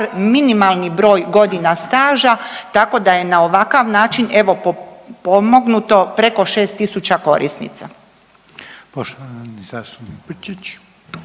minimalni broj godina staža. Tako da je na ovakav način evo pomognuto preko 6.000 korisnica.